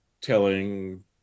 Telling